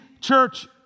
church